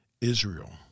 Israel